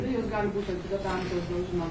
kada jos gali būt atgabentos gal žinot